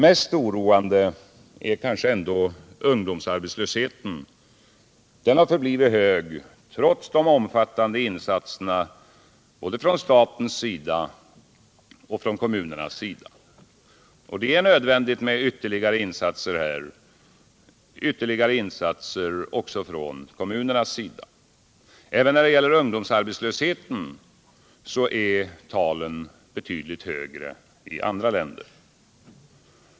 Mest oroande är kanske ändå ungdomsarbetslösheten, som förblivit hög trots de omfattande insatserna från både staten och kommunerna. Ytterligare insatser är här nödvändiga — också från kommunernas sida. Även när det gäller ungdomsarbetslösheten är dock talen betydligt högre i andra länder.